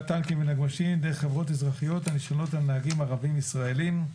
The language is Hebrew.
טנקים ונגמ"שים דרך חברות אזרחיות הנשענות על נהגים ערבים ישראלים,